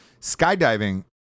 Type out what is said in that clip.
skydiving